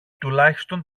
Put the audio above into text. τουλάχιστον